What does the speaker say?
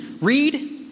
Read